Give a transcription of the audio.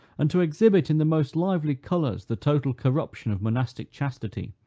and to exhibit in the most lively colors the total corruption of monastic chastity,